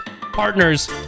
partners